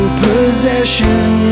possession